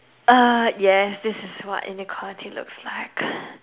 uh yes this is what inequality looks like